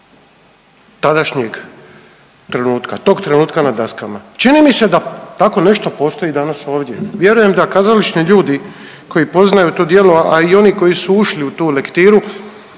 tadašnjeg trenutka, tog trenutka na daskama. Čini mi se tako nešto postoji i danas ovdje. Vjerujem da kazališni ljudi koji poznaju to djelo, a i oni koji su ušli u tu lektiru